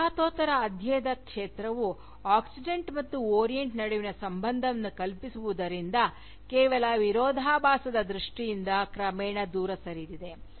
ವಸಾಹತೋತ್ತರ ಅಧ್ಯಯನದ ಕ್ಷೇತ್ರವು ಆಕ್ಸಿಡೆಂಟ್ ಮತ್ತು ಓರಿಯಂಟ್ ನಡುವಿನ ಸಂಬಂಧವನ್ನು ಕಲ್ಪಿಸುವುದರಿಂದ ಕೇವಲ ವಿರೋಧಾಭಾಸದ ದೃಷ್ಟಿಯಿಂದ ಕ್ರಮೇಣ ದೂರ ಸರಿದಿದೆ